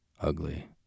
ugly